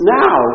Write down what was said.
now